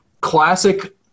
classic